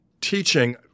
teaching